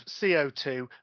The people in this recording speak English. CO2